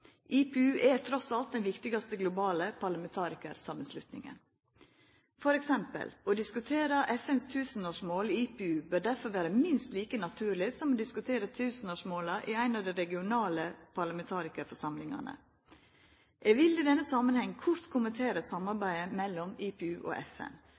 er trass i alt den viktigaste globale parlamentarikarsamanslutninga. For eksempel: Å diskutera FNs tusenårsmål i IPU bør derfor vera minst like naturleg som å diskutera tusenårsmåla i ein av dei regionale parlamentarikarforsamlingane. Eg vil i denne samanhengen kort kommentera samarbeidet mellom IPU og FN,